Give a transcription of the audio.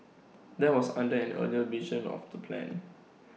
that was under an earlier version of the plan